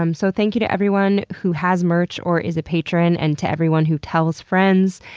um so, thank you to everyone who has merch or is a patron, and to everyone who tells friends,